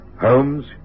Holmes